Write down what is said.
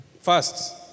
First